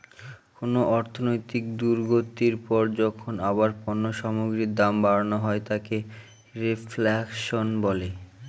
কোন অর্থনৈতিক দুর্গতির পর যখন আবার পণ্য সামগ্রীর দাম বাড়ানো হয় তাকে রেফ্ল্যাশন বলে